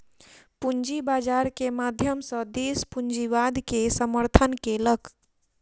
पूंजी बाजार के माध्यम सॅ देस पूंजीवाद के समर्थन केलक